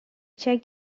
check